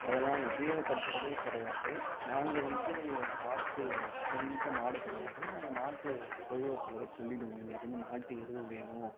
அதெலாம் உபயோகப்படுத்துகிறதே கிடையாது நாங்கள் வந்து மாட்டு ஸ் எங்கள் வீட்டில் மாடு கிடையாது நாங்கள் மாட்டு தொழுவத்தில் போய் சொல்லிவிடுவோம் எங்களுக்கு வந்து மாட்டு எரு வேணும்